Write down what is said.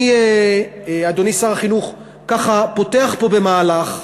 אני, אדוני שר החינוך, פותח פה במהלך.